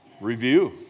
review